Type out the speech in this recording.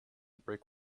brick